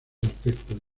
aspectos